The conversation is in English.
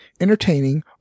entertaining